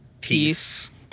peace